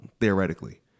theoretically